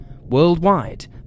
Worldwide